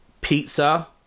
pizza